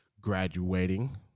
Graduating